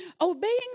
Obeying